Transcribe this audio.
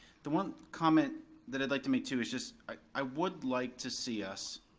the one comment that i'd like to make too is just, i would like to see us